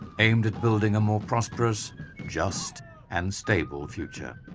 aimed at building a more prosperous just and stable future.